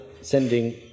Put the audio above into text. sending